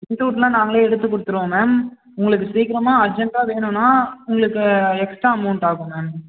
print out எல்லாம் நாங்களே எடுத்துக்கொடுத்துருவோம் மேம் உங்களுக்கு சீக்கிரமாக அர்ஜெண்ட்டாக வேணும்ன்னா உங்களுக்கு எக்ஸ்ட்டா அமௌண்ட் ஆகும் மேம்